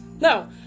no